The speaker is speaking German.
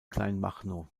kleinmachnow